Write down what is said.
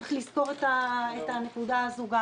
צריך לזכור גם את הנקודה הזו.